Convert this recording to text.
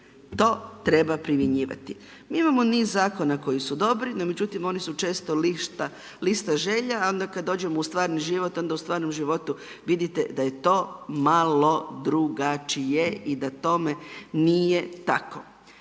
to treba primjenjivati. Imamo niz zakona koji su dobri, no međutim oni su često lista želja, a onda kad dođemo u stvarni život, onda u stvarnom životu vidite da je to malo drugačije i da tome nije tako.